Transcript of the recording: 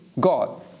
God